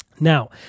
Now